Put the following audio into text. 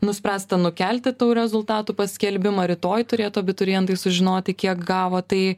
nuspręsta nukelti tų rezultatų paskelbimą rytoj turėtų abiturientai sužinoti kiek gavo tai